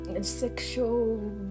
sexual